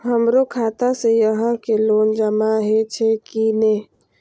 हमरो खाता से यहां के लोन जमा हे छे की ने?